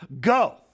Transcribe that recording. go